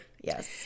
Yes